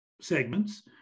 segments